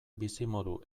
bizimodu